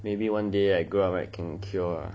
maybe one day I grow up right can cure ah